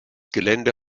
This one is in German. gelände